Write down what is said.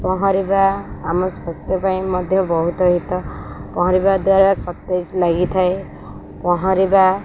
ପହଁରିବା ଆମ ସ୍ୱାସ୍ଥ୍ୟ ପାଇଁ ମଧ୍ୟ ବହୁତ ହିତ ପହଁରିବା ଦ୍ୱାରା ସତେଜ ଲାଗିଥାଏ ପହଁରିବା